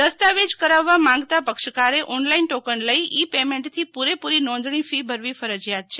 દસ્તાવેજ કરાવવા માંગતા પક્ષકારે ઓનલાઇન ટોકન લઈ ઈ પેમેન્ટથી પૂરેપૂરી નોંધણી ફી ભરવી ફરજિયાત છે